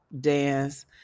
dance